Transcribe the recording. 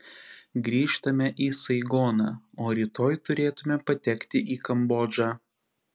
grįžtame į saigoną o rytoj turėtume patekti į kambodžą